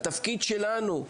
התפקיד שלנו,